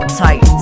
tight